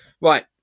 Right